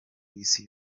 isi